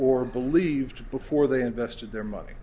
or believed before they invested their money